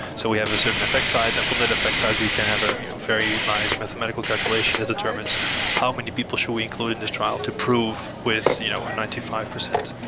so we have a certain effect size. and from that effect size, we can have a you know very nice mathematical mathematical calculation. it determines how many people should we include in this trial to prove with you know or ninety five percent